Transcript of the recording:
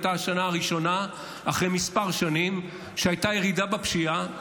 הייתה השנה הראשונה אחרי כמה שנים שהייתה ירידה בפשיעה,